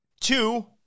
Two